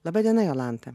laba diena jolanta